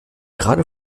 gerade